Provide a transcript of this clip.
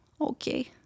okay